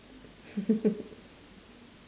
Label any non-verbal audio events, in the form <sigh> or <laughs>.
<laughs>